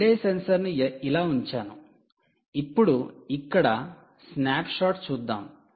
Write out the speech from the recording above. grid eye సెన్సార్ను ఇలా ఉంచాను ఇప్పుడు ఇక్కడ స్నాప్షాట్ చూద్దాం